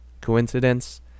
coincidence